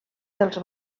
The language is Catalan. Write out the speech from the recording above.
dels